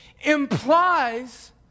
implies